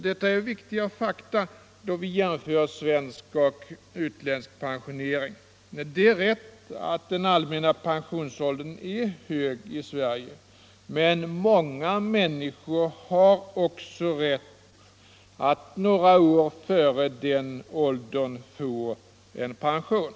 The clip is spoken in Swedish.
Detta är viktiga fakta då vi jämför svensk och utländsk pensionering. Det är riktigt att den allmänna pensionsåldern är hög i Sverige, men många människor har som sagt också rätt att några år före den åldern få en pension.